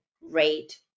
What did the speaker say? rate